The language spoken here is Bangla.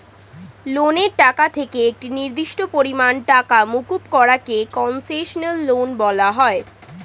লোনের টাকা থেকে একটি নির্দিষ্ট পরিমাণ টাকা মুকুব করা কে কন্সেশনাল লোন বলা হয়